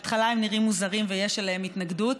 בהתחלה הם נראים מוזרים ויש להם התנגדות.